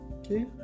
Okay